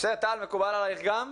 טל מקובל עליך גם?